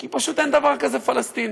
כי פשוט אין דבר כזה פלסטין.